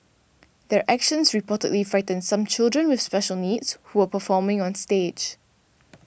their actions reportedly frightened some children with special needs who were performing on stage